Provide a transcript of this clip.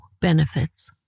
benefits